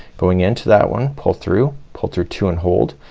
going into that one pull through, pull through two and hold.